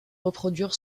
reproduire